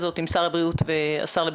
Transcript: את הפעילות שצריכה להיעשות כדי לחדש את